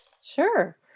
Sure